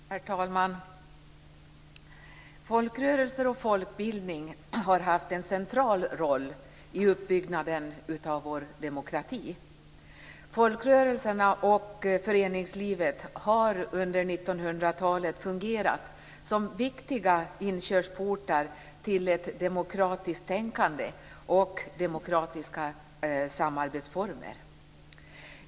Herr talman! Folkrörelser och folkbildning har haft en central roll i uppbyggnaden av vår demokrati. Folkrörelserna och föreningslivet har under 90-talet fungerat som viktiga inkörsportar till ett demokratiskt tänkande och demokratiska samarbetsformer.